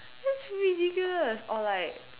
that's ridiculous or like